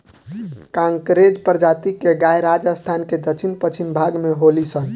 कांकरेज प्रजाति के गाय राजस्थान के दक्षिण पश्चिम भाग में होली सन